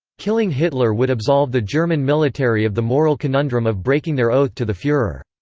killing hitler would absolve the german military of the moral conundrum of breaking their oath to the fuehrer.